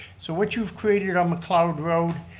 so what you've created on mcleod road,